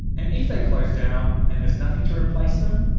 and if they close down, and there's nothing to replace them,